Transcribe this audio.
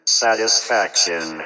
satisfaction